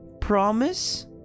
Promise